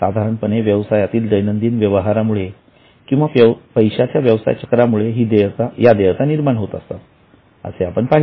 साधारणपणे व्यवसायातील दैनंदिन व्यवहारामुळे किंवा पैशाच्या व्यवसायाच्या चक्रामुळे या देयता निर्माण होतात असे आपण पाहिले